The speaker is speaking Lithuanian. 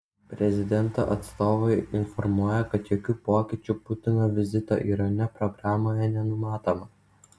prezidento atstovai informuoja kad jokių pokyčių putino vizito irane programoje nenumatoma